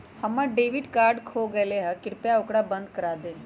हम्मर debit card खो गयले है, कृपया ओकरा बंद कर दे